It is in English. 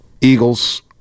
Eagles